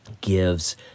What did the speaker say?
gives